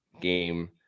game